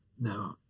No